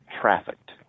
trafficked